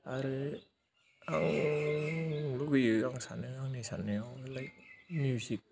आरो आं लुगैयो आं सानो आंनि साननायाव लाइक मिउजिक